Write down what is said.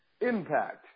impact